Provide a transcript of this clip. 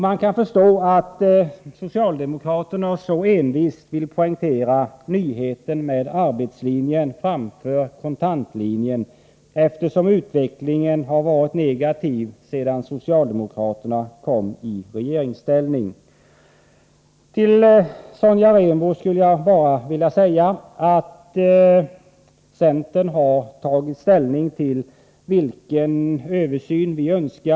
Man kan förstå att socialdemokraterna så envist vill poängtera nyheten med arbetslinjen framför kontantlinjen, eftersom utvecklingen har varit negativ sedan socialdemokraterna kom i regeringsställning. Till Sonja Rembo skulle jag bara vilja säga att centern har tagit ställning till vilken översyn vi önskar.